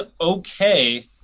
okay